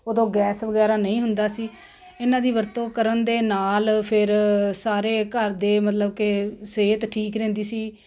ਉਦੋਂ ਗੈਸ ਵਗੈਰਾ ਨਹੀਂ ਹੁੰਦਾ ਸੀ ਇਹਨਾਂ ਦੀ ਵਰਤੋਂ ਕਰਨ ਦੇ ਨਾਲ ਫਿਰ ਸਾਰੇ ਘਰ ਦੇ ਮਤਲਬ ਕਿ ਸਿਹਤ ਠੀਕ ਰਹਿੰਦੀ ਸੀ